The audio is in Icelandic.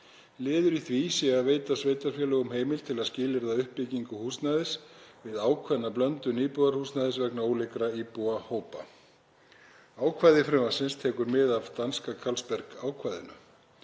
Liður í því sé að veita sveitarfélögum heimild til að skilyrða uppbyggingu húsnæðis við ákveðna blöndun íbúðarhúsnæðis vegna ólíkra íbúahópa. Ákvæði frumvarpsins tekur mið af danska Carlsberg-ákvæðinu.